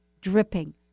dripping